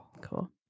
Cool